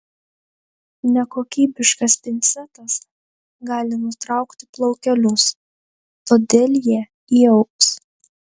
nekokybiškas pincetas gali nutraukti plaukelius todėl jie įaugs